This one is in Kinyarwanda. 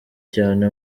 cyane